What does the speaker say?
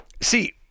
See